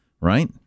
right